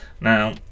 Now